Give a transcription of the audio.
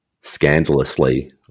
scandalously